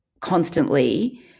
constantly